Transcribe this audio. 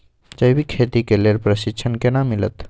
जैविक खेती के लेल प्रशिक्षण केना मिलत?